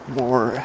more